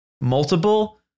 multiple